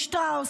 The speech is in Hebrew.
שטראוס,